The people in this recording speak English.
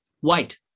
White